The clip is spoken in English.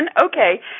Okay